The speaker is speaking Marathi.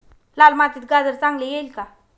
लाल मातीत गाजर चांगले येईल का?